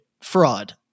fraud